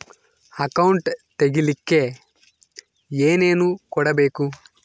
Account ತೆಗಿಲಿಕ್ಕೆ ಏನೇನು ಕೊಡಬೇಕು?